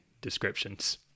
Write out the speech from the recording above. descriptions